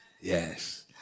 Yes